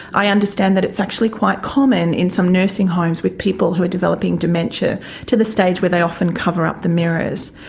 i understand that it's actually quite common in some nursing homes with people who are developing dementia to the stage where they often cover up the mirrors.